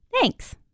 Thanks